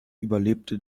überlebte